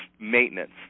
maintenance